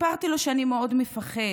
סיפרתי לו שאני מאוד מפחד,